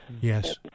Yes